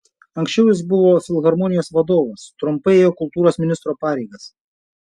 anksčiau jis buvo filharmonijos vadovas trumpai ėjo kultūros ministro pareigas